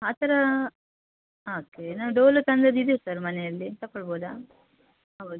ಆ ಥರಾ ಹಾಂ ಓಕೆ ನಾನು ಡೋಲೊ ತಂದಿದ್ದು ಇದೆ ಸರ್ ಮನೆಯಲ್ಲಿ ತೊಗೋಳ್ಬೌದಾ ಹೌದು